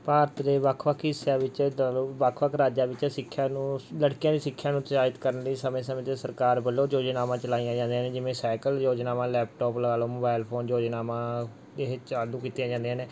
ਭਾਰਤ ਦੇ ਵੱਖ ਵੱਖ ਹਿੱਸਿਆਂ ਵਿੱਚ ਦਲ ਵੱਖ ਵੱਖ ਰਾਜਾਂ ਵਿੱਚ ਸਿੱਖਿਆ ਨੂੰ ਲੜਕੀਆਂ ਦੀ ਸਿੱਖਿਆ ਨੂੰ ਉਤਸ਼ਾਹਿਤ ਕਰਨ ਲਈ ਸਮੇਂ ਸਮੇਂ 'ਤੇ ਸਰਕਾਰ ਵੱਲੋਂ ਯੋਜਨਾਵਾਂ ਚਲਾਈਆਂ ਜਾਂਦੀਆਂ ਨੇ ਜਿਵੇ ਸਾਈਕਲ ਯੋਜਨਾਵਾਂ ਲੈਪਟੋਪ ਲਗਾ ਲਓ ਮੋਬਾਇਲ ਫੋਨ ਯੋਜਨਾਵਾਂ ਇਹ ਚਾਲੂ ਕੀਤੀਆਂ ਜਾਂਦੀਆਂ ਨੇ